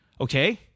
okay